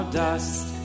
dust